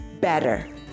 better